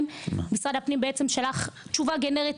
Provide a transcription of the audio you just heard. מאז החלטת הממשלה הקודמת,